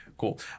cool